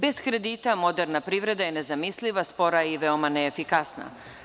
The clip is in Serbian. Bez kredita moderna privreda je nezamisliva, spora i veoma neefikasna.